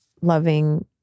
loving